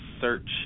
search